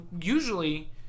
usually